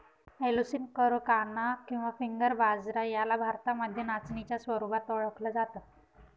Eleusine coracana किंवा finger बाजरा याला भारतामध्ये नाचणीच्या स्वरूपात ओळखल जात